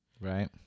right